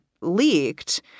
leaked